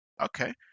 Okay